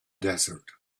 desert